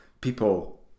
People